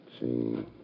See